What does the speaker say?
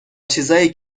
چیزایی